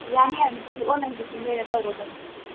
ꯌꯥꯅꯤ ꯌꯥꯅꯤ ꯑꯗꯨ ꯑꯣꯟꯂꯥꯏꯟꯗ ꯁꯨꯝ ꯂꯩꯔꯒ ꯇꯧꯒꯗꯕꯅꯤ